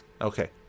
Okay